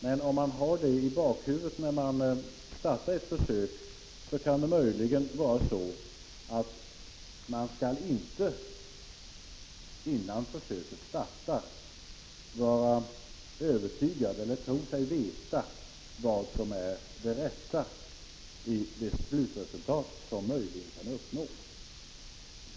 Men om man har det i bakhuvudet när man startar ett försök kan det möjligen bli så att man inte innan försöket startar är övertygad om eller tror sig veta vad som är det rätta slutresultat som möjligen kan uppnås.